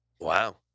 Wow